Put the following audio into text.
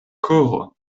koron